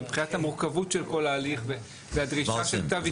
מבחינת המורכבות של כל ההליך והדרישה של כתב ויתור.